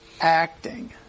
acting